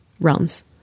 realms